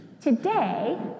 Today